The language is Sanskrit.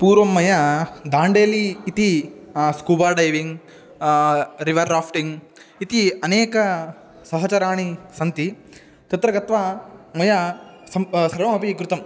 पूर्वं मया दाण्डेलि इति स्कूबा डैविङ्ग् रिवर् राफ़्टिङ्ग् इति अनेकसहचराणि सन्ति तत्र गत्वा मया सः सर्वमपि कृतं